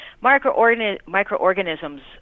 microorganisms